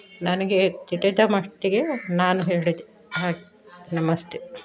ನನಗೆ ತಿಳಿದ ಮಟ್ಟಿಗೆ ನಾನು ಹೇಳಿದೆ ಹಾಗೆ ನಮಸ್ತೆ